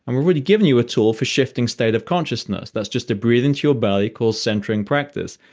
and we're really giving you a tool for shifting state of consciousness. that's just a breath into your belly, called centering practice.